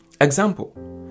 Example